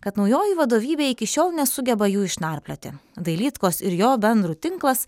kad naujoji vadovybė iki šiol nesugeba jų išnarplioti dailydkos ir jo bendrų tinklas